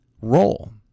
role